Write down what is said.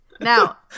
Now